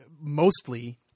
mostly